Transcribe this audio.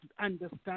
understand